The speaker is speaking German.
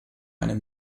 eine